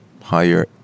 higher